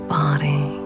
body